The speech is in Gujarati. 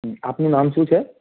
આપનું નામ શું છે